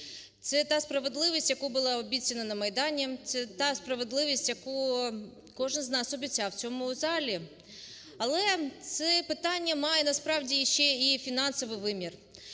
Це та справедливість, яка була обіцяна на Майдані, це та справедливість, яку кожен з нас обіцяв в цьому залі. Але це питання має насправді ще і фінансовий вимір